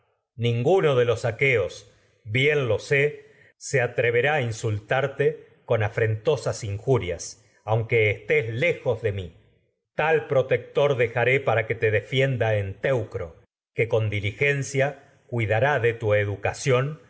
ninguno de los tarte con bien lo sé atreverá insul afrentosas injurias para aunque estés lejos de mi en tal protector con se dejaré que te tu defienda teucro aunque que diligencia halle cuidará yendo de a educación